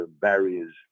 barriers